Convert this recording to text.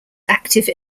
active